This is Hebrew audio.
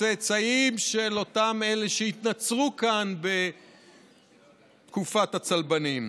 צאצאים של אותם אלה שהתנצרו כאן בתקופת הצלבנים.